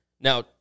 Now